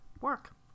work